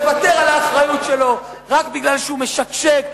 מוותר על האחריות שלו רק כי הוא משקשק,